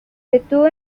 detuvo